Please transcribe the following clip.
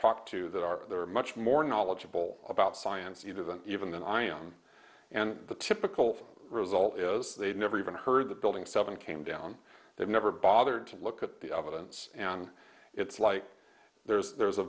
talked to that are there much more knowledgeable about science either than even than i am and the typical result is they've never even heard the building seven came down they've never bothered to look at the evidence and it's like there's there's a